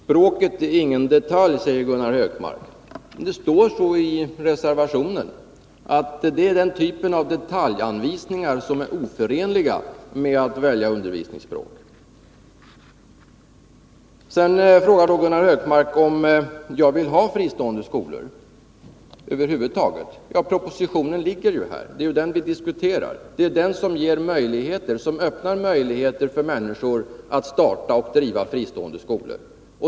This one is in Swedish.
Herr talman! Språket är ingen detalj, säger Gunnar Hökmark, men det står i reservationen att kravet på svenska som undervisningsspråk hör till den typ av detaljanvisningar som är oförenlig med grundskolans principer. Sedan frågar Gunnar Hökmark om jag vill ha fristående skolor över huvud taget. Propositionen ligger ju här. Det är den vi diskuterar. Det är den som öppnar möjligheter för människor att starta och driva fristående skolor.